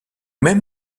même